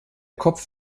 kopf